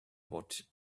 what